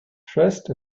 dressed